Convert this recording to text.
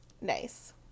Nice